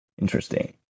Interesting